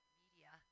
media